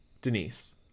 Denise